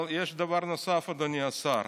אבל יש דבר נוסף, אדוני השר.